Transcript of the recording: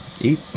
eat